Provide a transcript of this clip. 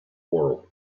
world